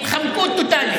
התחמקות טוטלית.